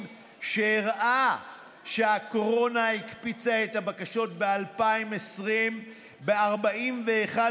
שהראה שהקורונה הקפיצה את הבקשות לפשיטות רגל ב-2020 ב-41%,